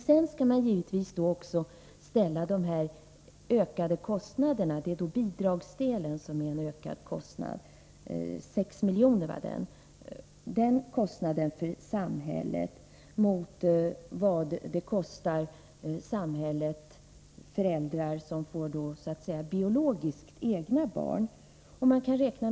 Sedan skall man givetvis ställa de ökade samhällskostnaderna om 6 milj.kr. — bidragsdelen — mot vad det kostar samhället med föräldrar som får egna biologiska barn.